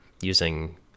using